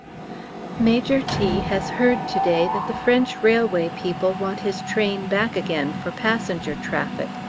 major t. has heard to-day that the french railway people want his train back again for passenger traffic,